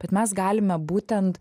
bet mes galime būtent